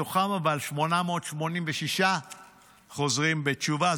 אבל מתוכם 886 חוזרים בתשובה.